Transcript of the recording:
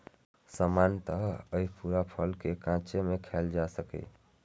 सामान्यतः अय पूरा फल कें कांचे मे खायल जा सकैए